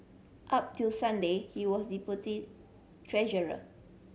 up till Sunday he was deputy treasurer